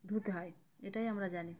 ধুতে হয় এটাই আমরা জানি